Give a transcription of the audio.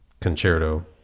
concerto